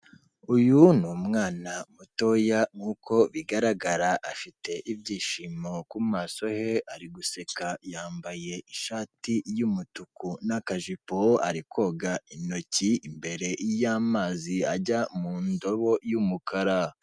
Uyu ni umwana mutoya nk'uko bigaragara afite ibyishimo ku maso he ari guseka, yambaye ishati y'umutuku n'akajipo, ari koga intoki imbere y'amazi ajya mu ndobo y'umukara.